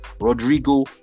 Rodrigo